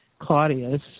Claudius